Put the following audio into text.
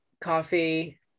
coffee